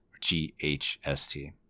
G-H-S-T